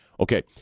Okay